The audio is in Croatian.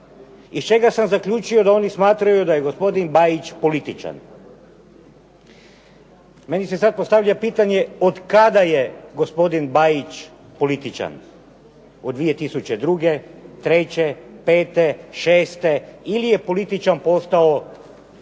iz čega sam zaključio da oni smatraju da je gospodin Bajić političan. Meni se sad postavlja pitanje od kada je gospodin Bajić političan. Od 2002., 2003., 2005., 2006. ili je političan postao 2008. Ja